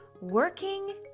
working